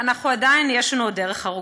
ועדיין יש לנו דרך ארוכה.